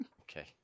Okay